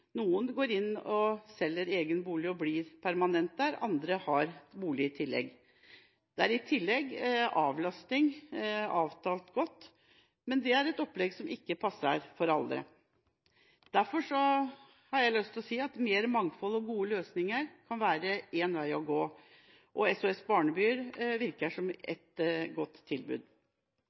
Noen selger egen bolig og blir permanent der, mens andre har bolig i tillegg. Det er i tillegg avlastning – godt avtalt. Men dette er et opplegg som ikke passer for alle. Derfor har jeg lyst til å si at mer mangfold og gode løsninger kan være en vei å gå. SOS-barnebyer virker som ett godt tilbud.